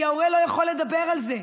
כי ההורה לא יכול לדבר על זה,